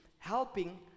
helping